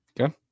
Okay